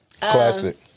classic